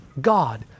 God